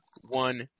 one